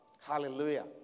Hallelujah